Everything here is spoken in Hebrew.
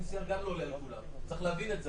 ה-PCR גם לא עולה על כולם צריך להבין את זה,